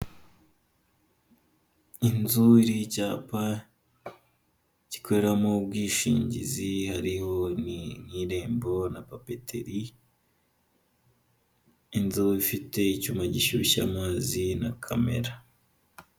Inzuri iriho icyapa gikoreramo ubwishingizi hariho nk'irembo na papeteri, inzu ifite icyuma gishyushya amazi na kamera.